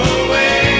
away